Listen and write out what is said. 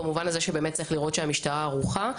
כדי לראות שהמשטרה באמת ערוכה לזה.